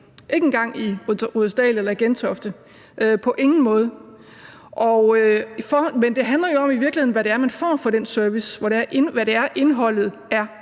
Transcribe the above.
ikke engang i Rudersdal eller Gentofte – på ingen måde. Men det handler jo i virkeligheden om, hvad det er, indholdet af